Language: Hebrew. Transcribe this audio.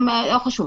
חשוב,